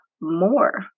more